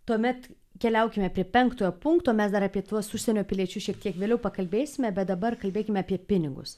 tuomet keliaukime prie penktojo punkto mes dar apie tuos užsienio piliečius šiek tiek vėliau pakalbėsime bet dabar kalbėkime apie pinigus